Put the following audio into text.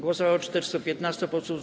Głosowało 415 posłów.